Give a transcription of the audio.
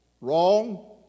Wrong